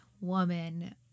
Woman